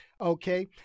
okay